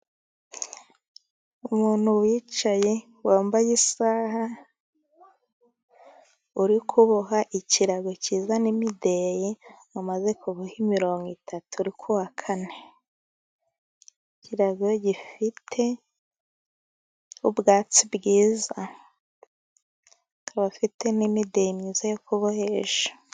Umuntu wicaye wambaye isaha uri kuboha ikirago cyiza n'imideyi, umaze kuboha imirongo eshatu uri ku wa kane. Ikirago gifite ubwatsi bwiza aba afite n'imideyi myiza yo kubohesha.